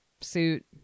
suit